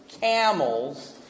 camels